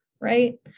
Right